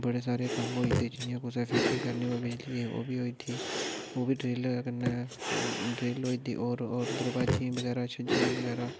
बड़े सारें कम्म होई जंदे जि'यां कुसै फीटिंग करनी होई बिजली दी ओह् बी होई जंदी ओह् बी ड्रिल कन्नै ड्रिल होई दी होर दरवाजें ई बगैरा छज्जियें ई बगैरा